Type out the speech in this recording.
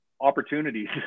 opportunities